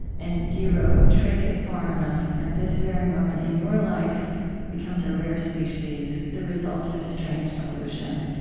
and you wrote, trace it far enough, and this very moment in your life becomes a rare species, the result of a strange evolution.